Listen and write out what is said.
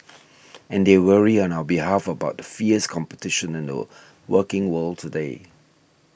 and they worry on our behalf about the fierce competition in the working world today